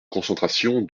concentration